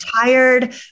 tired